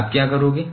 आप क्या करोगे